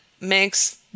makes